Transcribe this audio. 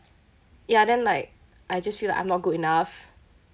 ya then like I just feel like I'm not good enough